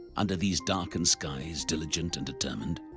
under these darkened skies, diligent and determined?